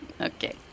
okay